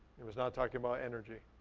he was not talking about energy.